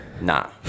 Nah